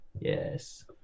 Yes